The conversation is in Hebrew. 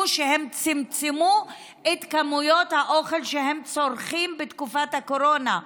שהם צמצמו את כמויות האוכל שהם צורכים בתקופת הקורונה,